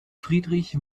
friedrich